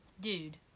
Dude